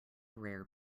rare